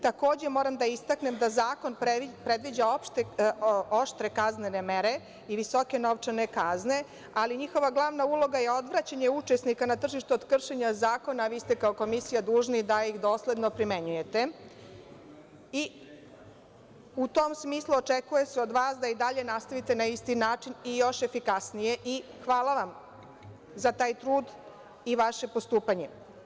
Takođe, moram da istaknem da zakon predviđa oštre kaznene mere i visoke novčane kazne, ali njihova glavna uloga je odvraćanje učesnika na tržištu od kršenja zakona, a vi ste kao Komisija dužni da ih dosledno primenjujete i u tom smislu očekuje se od vas da i dalje nastavite na isti način i još efikasnije i hvala vam na za taj trud i vaše postupanje.